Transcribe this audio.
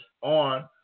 on